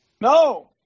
No